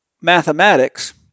mathematics